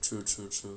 true true true